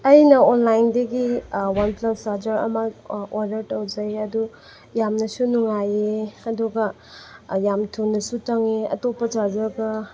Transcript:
ꯑꯩꯅ ꯑꯣꯟꯂꯥꯏꯟꯗꯒꯤ OnePlus charger ꯑꯃ ꯑꯣꯔꯗꯔ ꯇꯧꯖꯩ ꯑꯗꯨ ꯌꯥꯝꯅꯁꯨ ꯅꯨꯡꯉꯥꯏꯌꯦ ꯑꯗꯨꯒ ꯌꯥꯝ ꯊꯨꯅꯁꯨ ꯆꯪꯉꯦ ꯑꯇꯣꯞꯄ ꯆꯥꯔꯖꯔꯒ